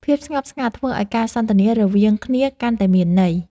ភាពស្ងប់ស្ងាត់ធ្វើឱ្យការសន្ទនារវាងគ្នាកាន់តែមានន័យ។